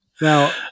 Now